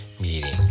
meeting